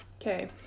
Okay